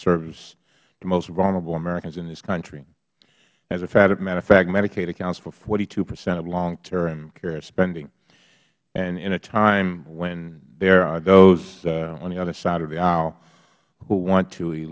the most vulnerable americans in this country as a matter of fact medicaid accounts for forty two percent of long term care spending and in a time when there are those on the other side of the aisle who want to